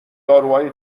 داروهای